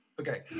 Okay